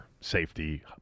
safety